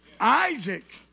Isaac